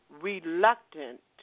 reluctant